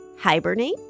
Hibernate